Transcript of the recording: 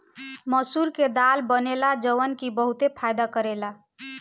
मसूर के दाल बनेला जवन की बहुते फायदा करेला